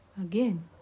Again